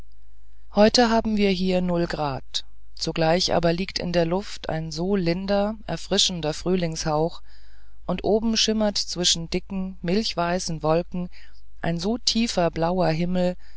heute haben wir hier grad zugleich aber liegt in der luft ein so linder erfrischender frühlingshauch und oben schimmert zwischen dicken milchweißen wolken ein so tiefer blauer himmel